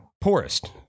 poorest